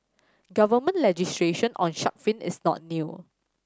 government legislation on shark fin is not new